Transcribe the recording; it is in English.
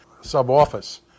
sub-office